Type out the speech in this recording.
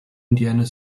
indiana